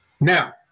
Now